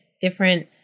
different